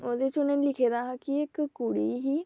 ओह्दे च उ'नें लिखे दा हा की इक कुड़ी ही